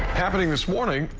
happening this morning,